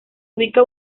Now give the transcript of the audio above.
ubica